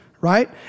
right